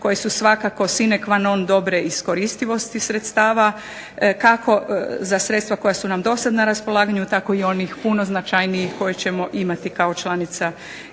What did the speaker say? koje su svakako sine qua non dobre iskoristivosti sredstava kako za sredstva koja su nam do sada na raspolaganju tako i onih puno značajnijih koje ćemo imati kao članica